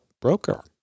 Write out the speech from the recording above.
broker